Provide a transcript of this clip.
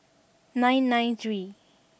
nine nine three